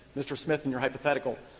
mr. smith in your hypothetical,